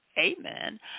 Amen